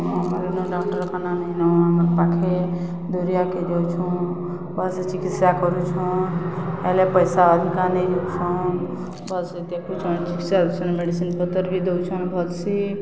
ଁମରନ ଡକ୍ଟରଙ୍କ ନାମ ହେଇ ନ ଆମ ପାଖେ ଦରିଆକେ ଯଉଛନ୍ଁ ବସେ ଚିକିତ୍ସା କରୁଛନ୍ ହେଲେ ପଇସା ଅଧିକା ନେଇଯାଉଛନ୍ ବସେ ଦେଖୁଛନ୍ ଚିକିତ୍ସା ଦେନ୍ ମେଡ଼ିସିନ ପତର ବି ଦଉଛନ୍ ଭଲସସି